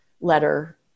letter